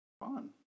fun